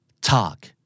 Talk